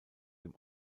dem